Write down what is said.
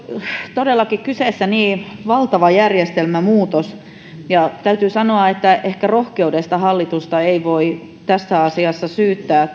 todellakin kyseessä valtava järjestelmämuutos ja täytyy sanoa että ehkä rohkeuden puutteesta hallitusta ei voi tässä asiassa syyttää